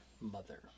mother